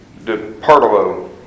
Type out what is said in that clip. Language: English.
Departolo